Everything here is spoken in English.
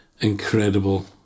incredible